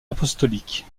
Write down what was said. apostolique